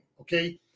Okay